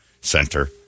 center